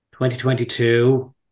2022